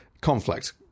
conflict